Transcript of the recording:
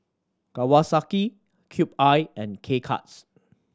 Kawasaki Cube I and K Cuts